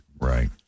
right